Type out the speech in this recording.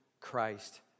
Christ